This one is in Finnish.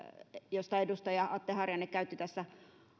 josta edustaja atte harjanne käytti tässä